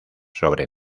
sobre